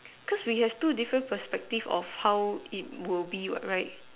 cause we have two different perspective of how it will be what right